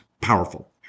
powerful